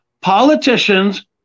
politicians